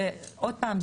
ועוד פעם,